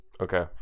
okay